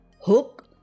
Hook